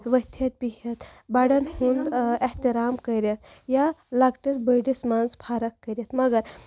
ؤتھِتھ بِہِتھ بَڑٮ۪ن ہُںٛد احترام کٔرِتھ یا لَکٹِس بٔڑِس منٛز فرق کٔرِتھ مگر